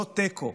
לא תיקו.